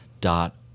dot